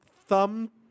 thumb